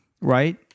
right